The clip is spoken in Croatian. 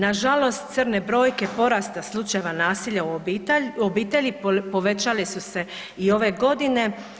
Nažalost, crne brojne porasta slučajeva nasilja u obitelji povećali su se i ove godine.